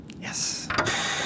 Yes